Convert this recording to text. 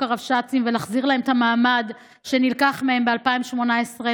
הרבש"צים ולהחזיר להם את המעמד שנלקח מהם ב-2018,